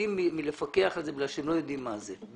פוחדים מלפקח על זה בגלל שהם לא יודעים מה זה,